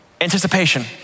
anticipation